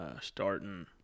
starting